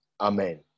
amen